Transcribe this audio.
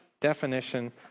definition